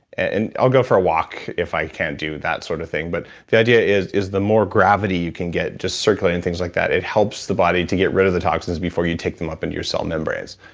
and i'll go for a walk if i can't do that sort of thing, but the idea is is the more gravity you can get, just circulating things like that, it helps the body to get rid of the toxins before you take them up into and your cell membranes.